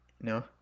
no